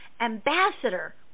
ambassador